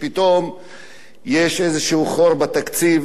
יש איזה חור בתקציב, יש איזה גירעון,